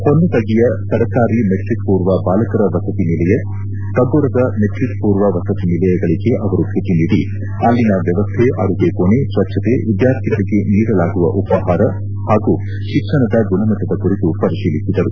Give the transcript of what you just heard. ಹೊನ್ನುಟಗಿಯ ಸರಕಾರಿ ಮೆಟ್ರಿಕ್ ಪೂರ್ವ ಬಾಲಕರ ವಸತಿ ನಿಲಯ ಕಗ್ಗೋಡದ ಮೆಟ್ರಿಕ್ ಪೂರ್ವ ವಸತಿ ನಿಲಯಗಳಿಗೆ ಅವರು ಭೇಟಿ ನೀಡಿ ಅಲ್ಲಿನ ವ್ಯವಸ್ಥೆ ಅಡುಗೆ ಕೋಣೆ ಸ್ವಚ್ಛಕೆ ವಿದ್ಯಾರ್ಥಿಗಳಿಗೆ ನೀಡಲಾಗುವ ಉಪಹಾರ ಹಾಗೂ ಶಿಕ್ಷಣದ ಗುಣಮಟ್ಟದ ಕುರಿತು ಪರಿಶೀಲಿಸಿದರು